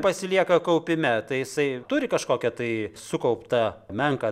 pasilieka kaupime tai jisai turi kažkokią tai sukauptą menką